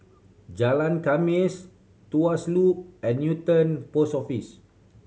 Jalan Khamis Tuas Loop and Newton Post Office